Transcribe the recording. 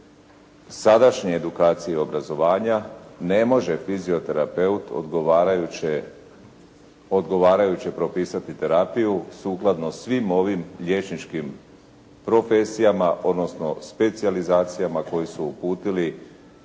sadašnje edukacije obrazovanja ne može fizioterapeut odgovarajuće, odgovarajuće propisati terapiju sukladno svim ovim liječničkim profesijama odnosno specijalizacijama koje su uputili